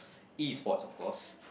E Sports of course